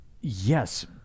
Yes